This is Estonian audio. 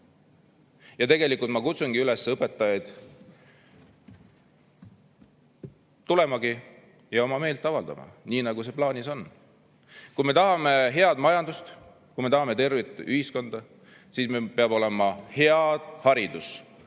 palka. Ei saa. Ma kutsungi üles õpetajaid tulema ja meelt avaldama, nii nagu plaanis on. Kui me tahame [tugevat] majandust, kui me tahame tervet ühiskonda, siis meil peab olema hea haridus.